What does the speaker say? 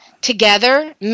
together